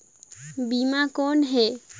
बीमा कौन है?